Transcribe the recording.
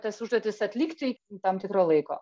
tas užduotis atlikti iki tam tikro laiko